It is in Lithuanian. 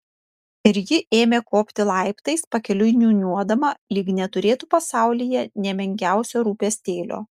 ir ji ėmė kopti laiptais pakeliui niūniuodama lyg neturėtų pasaulyje nė menkiausio rūpestėlio